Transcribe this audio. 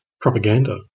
propaganda